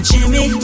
Jimmy